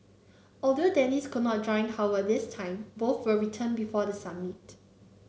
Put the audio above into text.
although Dennis could not join Howard this time both will return before the summit